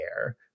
air